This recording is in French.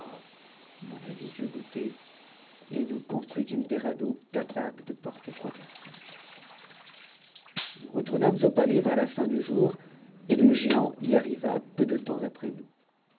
mon avis fut goûté et nous construisîmes des radeaux capables de porter trois personnes nous retournâmes au palais vers la fin du jour et le géant y arriva peu de temps après nous